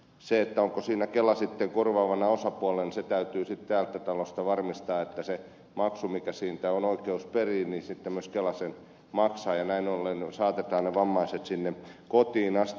se että onko siinä kela korvaavana osapuolena se täytyy sitten täältä talosta varmistaa että sen maksun mikä siitä on oikeus periä sitten myös kela maksaa ja näin ollen saatetaan vammaiset sinne kotiin asti